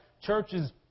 churches